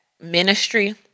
ministry